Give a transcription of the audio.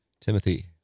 Timothy